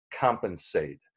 compensate